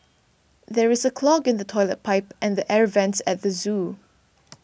there is a clog in the Toilet Pipe and the Air Vents at the zoo